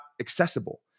accessible